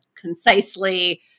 concisely